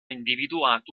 individuato